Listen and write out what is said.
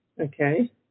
Okay